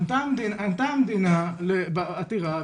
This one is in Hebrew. ענתה המדינה בעתירה,